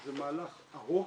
זה מהלך ארוך,